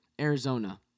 Arizona